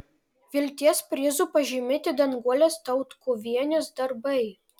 vilties prizu pažymėti danguolės tautkuvienės darbai